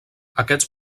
aquests